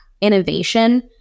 innovation